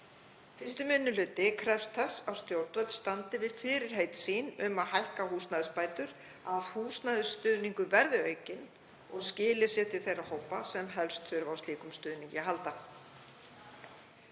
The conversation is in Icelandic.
1. minni hluti krefst þess að stjórnvöld standi við fyrirheit sín um að hækka húsnæðisbætur, að húsnæðisstuðningur verði aukinn og skili sér til þeirra hópa sem helst þurfa á slíkum stuðningi að halda.